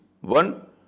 One